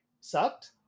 sucked